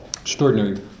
Extraordinary